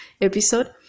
episode